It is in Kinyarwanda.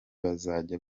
bazajya